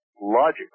logic